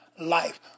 life